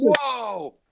Whoa